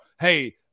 hey